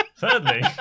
Thirdly